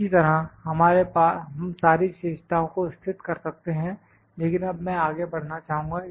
इसी तरह हम सारी विशेषताओं को स्थित कर सकते हैं लेकिन अब मैं आगे बढ़ना चाहूंगा